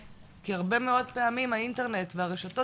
כי הרבה מאוד פעמים האינטרנט והרשתות,